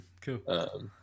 Cool